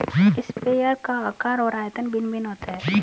sprayer का आकार और आयतन भिन्न भिन्न होता है